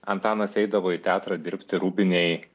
antanas eidavo į teatrą dirbti rūbinėj